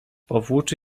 powłóczy